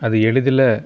அது எளிதில்